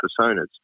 personas